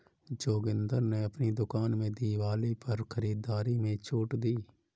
जोगिंदर ने अपनी दुकान में दिवाली पर खरीदारी में छूट दी